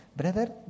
Brother